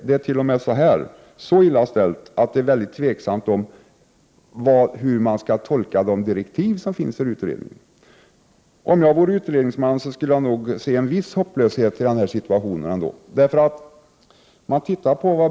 Det är t.o.m. så illa ställt att det är tveksamt hur de direktiv skall tolkas som finns för utredningen. Om jag vore utredningsman skulle jag nog se en viss hopplöshet i den här situationen.